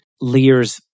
Lear's